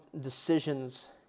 decisions